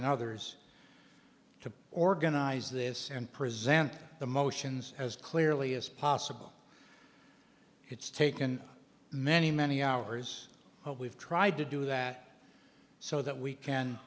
and others to organize this and present the motions as clearly as possible it's taken many many hours but we've tried to do that so that we can